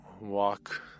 ...walk